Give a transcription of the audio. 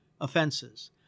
offenses